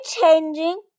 changing